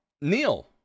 Neil